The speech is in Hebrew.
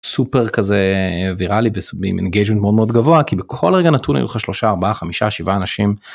מה קורה